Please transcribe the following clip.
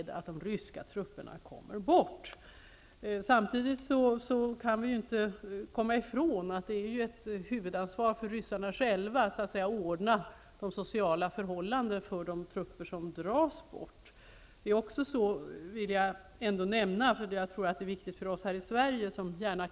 Det går samtidigt inte att komma ifrån att det är ett huvudansvar för ryssarna själva att ordna de sociala förhållandena för de trupper som skall dras bort. Det finns också en annan sak som är värd att nämna.